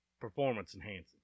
performance-enhancing